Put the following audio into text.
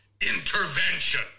intervention